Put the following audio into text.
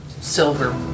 silver